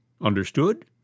Understood